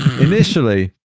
Initially